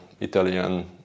Italian